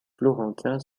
florentin